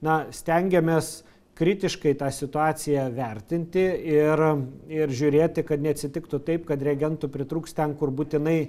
na stengiamės kritiškai tą situaciją vertinti ir ir žiūrėti kad neatsitiktų taip kad reagentų pritrūks ten kur būtinai